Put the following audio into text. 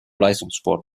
leistungssport